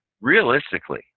Realistically